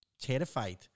terrified